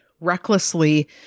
recklessly